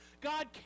God